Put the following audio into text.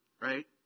right